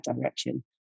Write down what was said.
direction